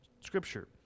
scripture